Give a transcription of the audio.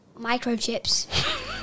Microchips